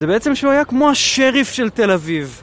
זה בעצם שהוא היה כמו השריף של תל אביב.